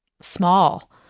small